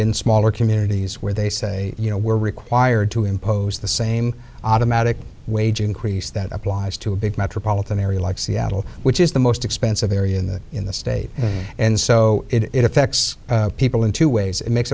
in smaller communities where they say you know we're required to impose the same automatic wage increase that applies to a big metropolitan area like seattle which is the most expensive area in the in the state and so it affects people in two ways it makes